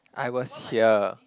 I was here